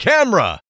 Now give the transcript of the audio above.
Camera